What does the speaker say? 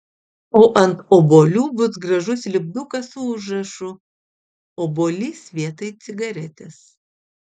o ant obuolių bus gražus lipdukas su užrašu obuolys vietoj cigaretės